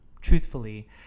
truthfully